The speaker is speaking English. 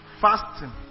fasting